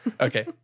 Okay